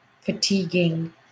fatiguing